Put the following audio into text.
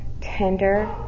tender